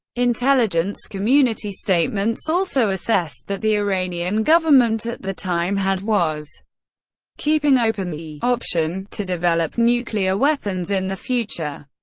intelligence community statements also assessed that the iranian government at the time had was keeping open the option to develop nuclear weapons in the future.